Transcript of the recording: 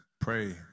pray